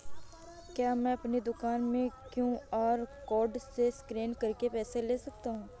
क्या मैं अपनी दुकान में क्यू.आर कोड से स्कैन करके पैसे ले सकता हूँ?